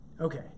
okay